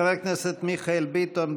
חבר הכנסת מיכאל ביטון,